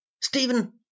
Stephen